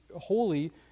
holy